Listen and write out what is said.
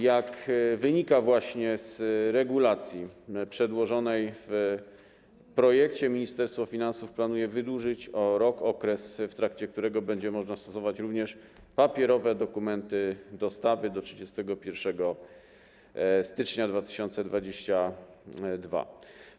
Jak wynika z regulacji przedłożonej w projekcie, Ministerstwo Finansów planuje wydłużyć o rok okres, w trakcie którego będzie można stosować również papierowe dokumenty dostawy - do 31 stycznia 2022 r.